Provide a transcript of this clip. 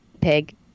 pig